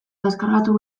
deskargatu